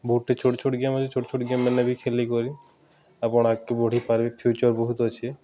ବହୁତ୍ଟେ ଛୋଟ୍ ଛୋଟ୍ ଗେମ୍ ଅଛେ ଛୋଟ୍ ଛୋଟ୍ ଗେମ୍ମାନେ ବି ଖେଲିକରି ଆପଣ୍ ଆଗ୍କୁ ବଢ଼ିପାର୍ବେ ଫ୍ୟୁଚର୍ ବହୁତ୍ ଅଛେ